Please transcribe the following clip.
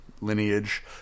lineage